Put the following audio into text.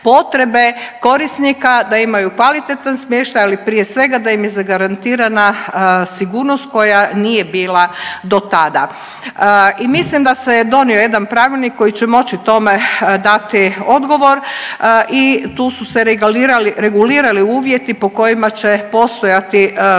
korisnika da imaju kvalitetan smještaj, ali prije svega, da im je zagarantirana sigurnost koja nije bila do tada. I mislim da se je donio jedan pravilnik koji će moći tome dati odgovor i tu su se regulirali uvjeti po kojima će postojati postojeći